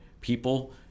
people